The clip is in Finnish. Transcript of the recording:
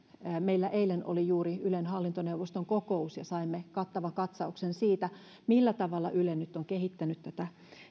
suomeen meillä oli eilen juuri ylen hallintoneuvoston kokous ja saimme kattavan katsauksen siitä millä tavalla yle on kehittänyt tätä